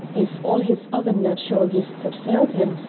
if all his other natural gifts had failed him,